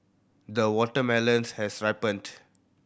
the watermelon has ripened